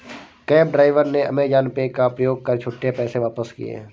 cab driver ने Amazon Pay का प्रयोग कर छुट्टे पैसे वापस किए